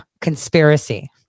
conspiracy